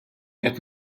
qed